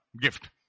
Gift